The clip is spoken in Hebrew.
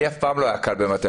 לי אף פעם לא היה קל במתמטיקה,